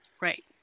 right